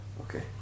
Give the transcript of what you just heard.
okay